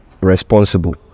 responsible